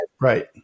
Right